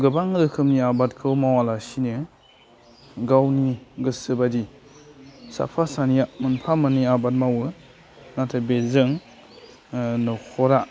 गोबां रोखोमनि आबादखौ मावालासिनो गावनि गोसोबायदि साफा सानैया मोनफा मोन्नै आबाद मावो नाथाय बेजों नख'रा